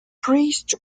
priest